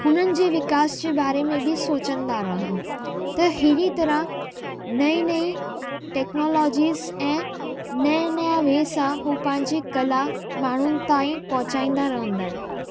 हुननि जे विकास जे बारे में बि सोचंदा रहन त अहिड़ी तरहं नई नई टेक्नोलॉज़ीस ऐं नया नया वेसा हू पंहिंजी कला माण्हूनि ताईं पहुंचाईंदा रहंदा आहिनि